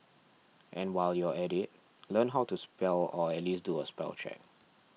and while you're at it learn how to spell or at least do a spell check